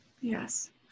Yes